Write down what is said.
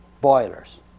boilers